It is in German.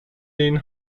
den